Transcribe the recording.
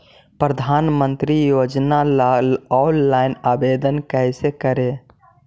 प्रधानमंत्री योजना ला ऑनलाइन आवेदन कैसे करे?